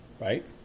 right